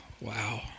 wow